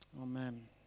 Amen